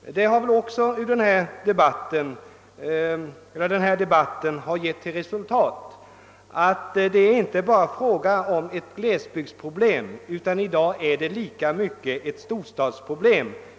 Den förda debatten har klargjort att vi här inte rör oss med enbart ett glesbygdsproblem utan att det i dag lika mycket är ett storstadsproblem.